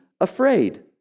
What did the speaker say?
afraid